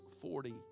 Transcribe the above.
forty